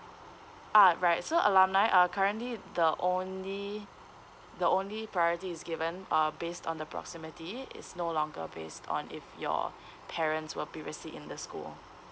ah right so alumni are currently the only the only priority is given uh based on the proximity it's no longer based on if your parents were previously in the school